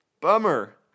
Bummer